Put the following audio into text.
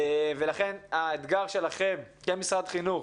ולכן האתגר שלכם כמשרד חינוך